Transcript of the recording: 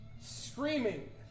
screaming